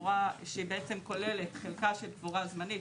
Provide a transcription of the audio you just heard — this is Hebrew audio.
קבורה שבעצם כוללת חלקה של קבורה זמנית